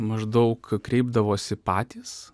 maždaug kreipdavosi patys